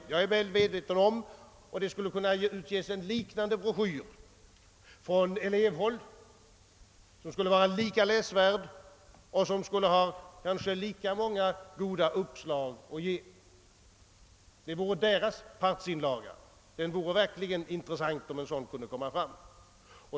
Och jag är väl medveten om att en liknande broschyr skulle kunna utges från elevhåll med ett lika högt iäsvärde och med måhända lika många goda uppslag. Den skulle bli elevernas egen partsinlaga, något som skulle emotses med stort intresse.